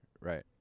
right